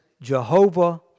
Jehovah